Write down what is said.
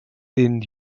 den